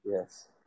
yes